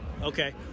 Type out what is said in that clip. Okay